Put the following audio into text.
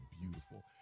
beautiful